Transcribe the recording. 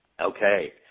Okay